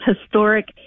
historic